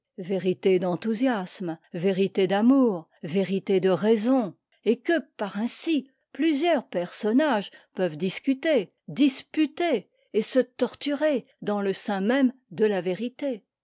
vérité d'enthousiasme vérité d'amour vérité de raison et que par ainsi plusieurs personnages peuvent discuter disputer et se torturer dans le sein même de la vérité